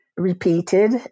Repeated